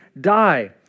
die